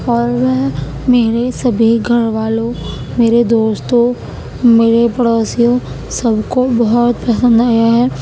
اور وہ میرے سبھی گھر والوں میرے دوستوں میرے پڑوسیوں سب کو بہت پسند آیا ہے